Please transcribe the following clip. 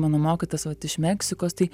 mano mokytas vat iš meksikos tai